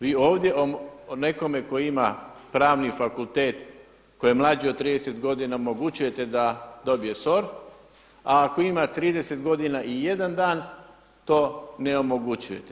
Vi ovdje nekome tko ima pravni fakultet koji je mlađi od 30 godina omogućujete da dobije SOR, a ako ima 30 godina i jedan dan to ne omogućujete.